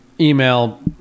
email